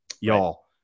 Y'all